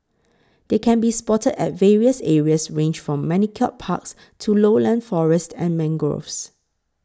they can be spotted at various areas ranged from manicured parks to lowland forests and mangroves